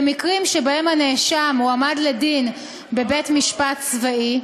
במקרים שבהם הנאשם הועמד לדין בבית-משפט צבאי,